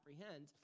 apprehend